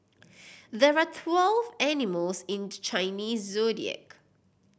there are twelve animals in the Chinese Zodiac